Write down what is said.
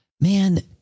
Man